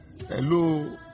Hello